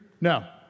No